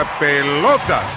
pelota